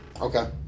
Okay